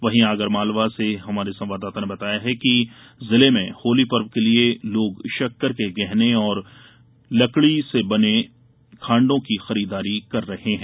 वहीं आगरमालवा से संवाददाता ने बताया है कि जिले में होली पर्व के लिए लोग शक्कर के गहने और लड़की बने खांड़ो की खरीददारी कर रहे हैं